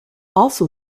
also